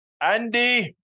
Andy